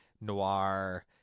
noir